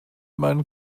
meinen